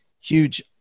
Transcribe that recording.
huge